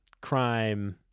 crime